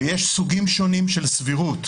יש סוגים שונים של סבירות,